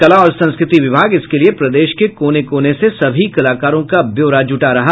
कला और संस्कृति विभाग इसके लिये प्रदेश के कोने कोने से सभी कलाकारों का ब्यौरा जुटायेगा